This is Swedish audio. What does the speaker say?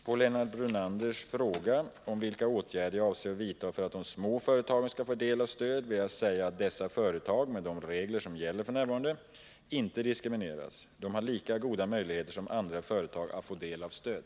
På Lennart Brunanders fråga om vilka åtgärder jag avser vidta för att de små företagen skall få del av stöd vill jag säga att dessa företag med de regler som f. n. gäller inte diskrimineras. De har lika goda möjligheter som andra företag att få del av stöd.